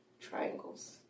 triangles